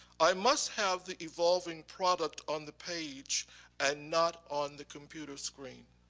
i must have the evolving product on the page and not on the computer screen.